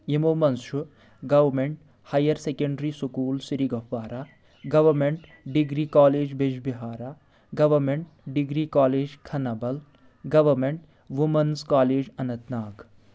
یِمو منٛز چھُ government higher secondary school Srigufwara government degree college Bijbehara government degree college Khanabal government women's college Anant Nag